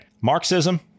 Marxism